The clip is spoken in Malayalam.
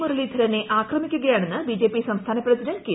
മുരളീധരനെ ആക്രമിക്കുകയാണെന്ന് ബിജെപി സംസ്ഥാന പ്രസിഡന്റ് കെ